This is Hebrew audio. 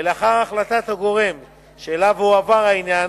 ולאחר החלטת הגורם שאליו הועבר העניין